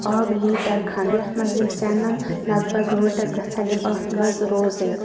آبہٕ لیٖٹَر کھَنٛڈ یَتھ مَنٛز یِم سیٚنَن لَگ بَگ گٲنٛٹَس گَژھَن یِم اَتھ مَنٛز روزٕنۍ